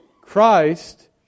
Christ